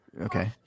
Okay